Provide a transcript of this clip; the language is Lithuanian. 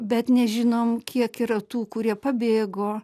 bet nežinom kiek yra tų kurie pabėgo